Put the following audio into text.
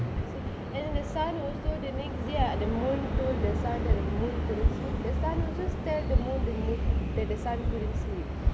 and then the sun also the next day the moon told the sun the moon couldn't sleep the sun also tell the moon that the sun couldn't sleep